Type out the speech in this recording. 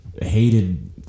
hated